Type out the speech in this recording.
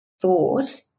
thought